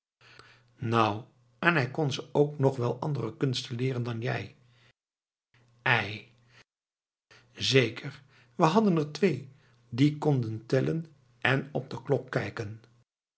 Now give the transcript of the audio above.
nou en hij kon ze ook nog wel andere kunsten leeren dan jij ei zeker we hadden er twee die konden tellen en op de klok kijken